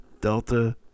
Delta